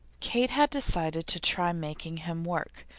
kate had decided to try making him work,